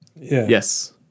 yes